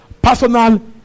personal